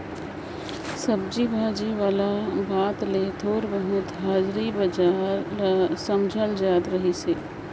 सब्जी भाजी वाला बात ले थोर बहुत हाजरी बजार ल समुझल जाए सकत अहे